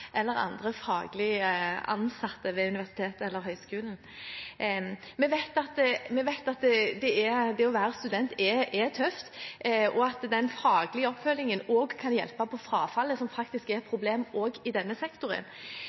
eller andre faglig ansatte ved universitetet eller høyskolen. Vi vet at det å være student er tøft, og at den faglige oppfølgingen også kan hjelpe på frafallet, som faktisk er et problem i denne sektoren.